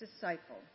disciple